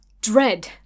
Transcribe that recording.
Dread